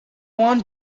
want